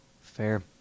Fair